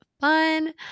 fun